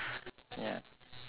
ya